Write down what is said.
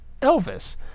Elvis